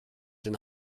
den